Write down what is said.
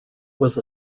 was